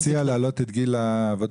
אתה מציע להעלות את גיל העבודה?